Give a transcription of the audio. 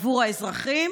עבור האזרחים